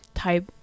type